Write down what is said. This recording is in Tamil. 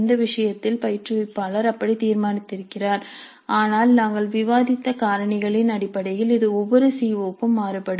இந்த விஷயத்தில் பயிற்றுவிப்பாளர் அப்படித் தீர்மானித்திருக்கிறார் ஆனால் நாங்கள் விவாதித்த காரணிகளின் அடிப்படையில் இது ஒவ்வொரு சி ஓ க்கும் மாறுபடும்